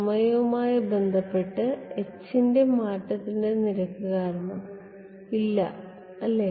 സമയവുമായി ബന്ധപ്പെട്ട് H ന്റെ മാറ്റത്തിന്റെ നിരക്ക് കാരണം ഇല്ല അല്ലേ